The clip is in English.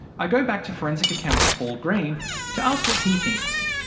i go back to forensic accountant paul green to ask what he thinks.